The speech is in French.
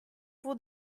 pour